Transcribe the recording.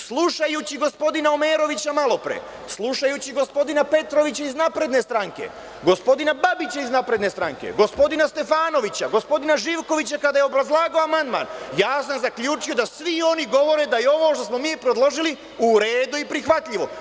Slušajući gospodina Omerovića malo pre, slušajući gospodina Petrovića iz napredne stranke, gospodina Babića iz napredne stranke, gospodina Stefanovića, gospodina Živkovića kada je obrazlagao amandman, ja sam zaključio da svi oni govore da je ovo što smo mi predložili u redu prihvatljivo.